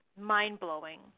mind-blowing